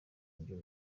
buryo